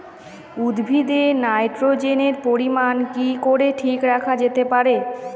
উদ্ভিদে নাইট্রোজেনের পরিমাণ কি করে ঠিক রাখা যেতে পারে?